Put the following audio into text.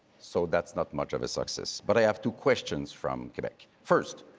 so that's not much of a success. but i have two questions from quebec. first,